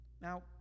Now